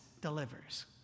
delivers